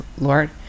Lord